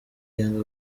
yanga